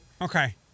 Okay